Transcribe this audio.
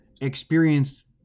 experienced